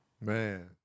Man